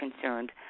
concerned